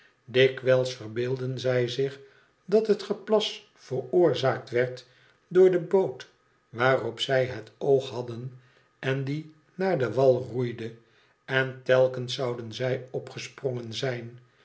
dikwijls verbeeldden zij zich dat het geplas veroorzaakt werd door de boot waarop zij het oog hadden en die naar den wal roeide en telkens zouden zij opgesprongen zijn